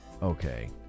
Okay